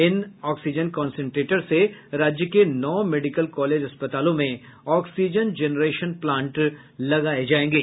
इन oxygen concentrator से राज्य के नौ मेडिकल कॉलेज अस्पतालों में ऑक्सीजन जेनरेशन प्लांट लगाये जायेंगे